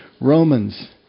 Romans